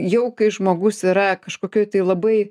jau kai žmogus yra kažkokioj tai labai